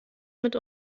mit